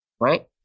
Right